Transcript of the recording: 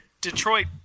Detroit